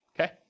okay